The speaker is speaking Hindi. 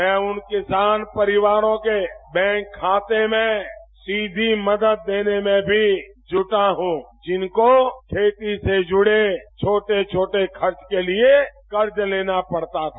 मैं उन किसान परिवारों के बैंक खाते में सीधी मदद देने में भी जुटा हूं जिनको खेती से जुड़े छोटे छोटे खर्च के लिए कर्ज लेना पड़ता था